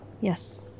Yes